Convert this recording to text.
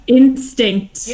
instinct